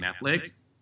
Netflix